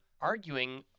arguing